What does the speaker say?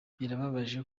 birababaje